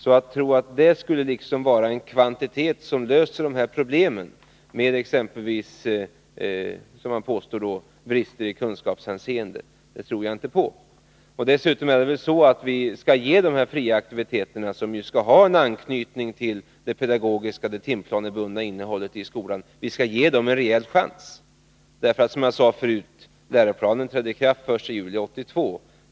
Att tro att detta skulle vara en kvantitet som löser problemen med exempelvis brister i kunskapshänseende, som man påstår, det tror jag inte på. Dessutom skall vi väl ge de här fria aktiviteterna — som skall ha anknytning till det pedagogiska och timplanebundna innehållet i undervisningen — en rejäl chans. Som jag sade förut: Läroplanen trädde i kraft den 1 juli 1982.